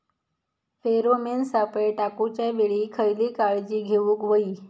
Pheromone सापळे टाकूच्या वेळी खयली काळजी घेवूक व्हयी?